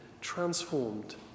transformed